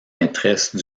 maîtresses